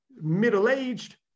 middle-aged